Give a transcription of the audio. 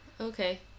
Okay